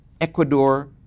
Ecuador